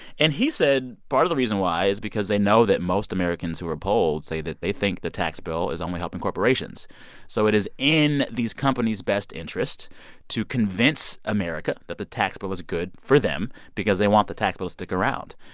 and he said, part of the reason why is because they know that most americans who were polled say that they think the tax bill is only helping corporations so it is in these companies' best interest to convince america that the tax bill is good for them because they want the tax bill to stick around.